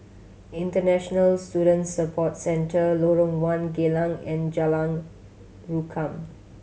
International Student Support Centre Lorong One Geylang and Jalan Rukam